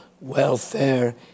welfare